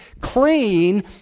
clean